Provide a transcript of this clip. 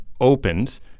opens